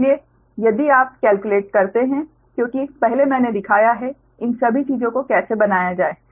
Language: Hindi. इसलिए यदि आप केल्क्युलेट करते हैं क्योंकि पहले मैंने दिखाया है कि इन सभी चीजों को कैसे बनाया जाए